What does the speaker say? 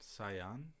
Saiyan